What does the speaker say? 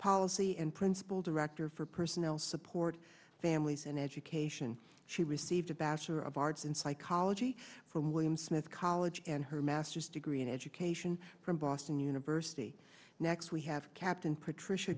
policy and principal director for personnel support families and education she received a bachelor of arts in psychology from william smith college and her master's degree in education from boston university next we have captain partri